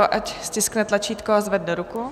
Ať stiskne tlačítko a zvedne ruku.